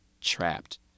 trapped